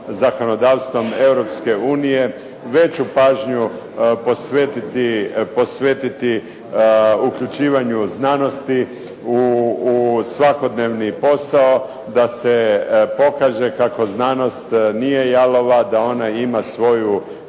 zakonodavstvom Europske unije, veću pažnju posvetiti uključivanju znanosti u svakodnevni posao da se pokaže kako znanost nije jalova, da ona ima svoju